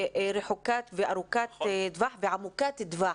הרחוקה וארוכת הטווח ועמוקת הטווח.